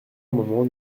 amendement